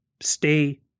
stay